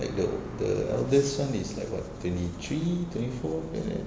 like the the eldest one is like what twenty three twenty four like that